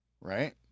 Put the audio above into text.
right